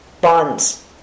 bonds